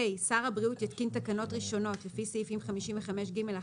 (ה)שר הבריאות יתקין תקנות ראשונות לפי סעיפים 55ג1(א1),